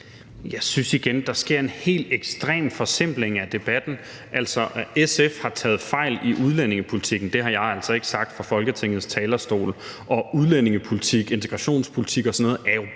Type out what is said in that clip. Jeg synes igen, at der sker en helt ekstrem forsimpling af debatten. Altså, at SF har taget fejl i udlændingepolitikken, har jeg altså ikke sagt fra Folketingets talerstol, og udlændingepolitik, integrationspolitik og sådan noget er jo